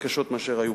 בקשות מאשר היו